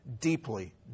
deeply